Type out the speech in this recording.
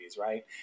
right